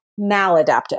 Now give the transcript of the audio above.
maladaptive